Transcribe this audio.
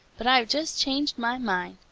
but i've just changed my mind.